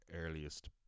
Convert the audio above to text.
earliest